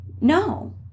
no